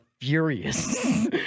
furious